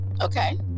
Okay